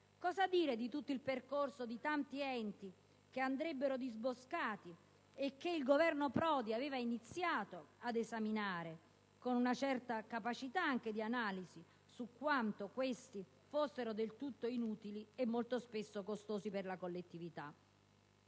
Cosa dire poi di tutto il percorso di tanti enti che andrebbero disboscati e che il Governo Prodi aveva iniziato ad esaminare con una certa capacità di analisi su quanto questi fossero del tutto inutili e molto spesso costosi per la collettività?